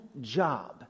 job